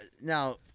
now